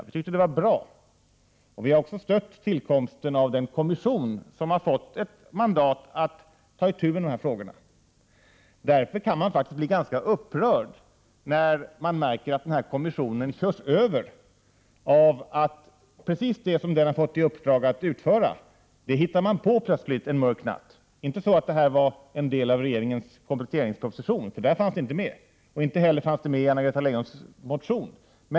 Vi tyckte att det var bra, och vi har också stött tillkomsten av den kommission som har fått mandat att ta itu med dessa frågor. Därför kan man bli ganska upprörd när man märker att denna kommission har körts över genom att precis det som den har fått i uppdrag att utföra hittar man plötsligt på en mörk natt. Det är inte så att det var en del av regeringens kompletteringsproposition. Det fanns inte heller med i Anna-Greta Leijons motion.